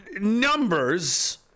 numbers